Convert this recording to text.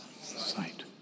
sight